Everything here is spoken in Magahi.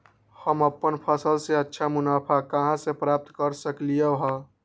हम अपन फसल से अच्छा मुनाफा कहाँ से प्राप्त कर सकलियै ह?